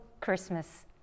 Christmas